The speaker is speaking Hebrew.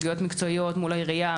סוגיות מקצועיות מול העירייה,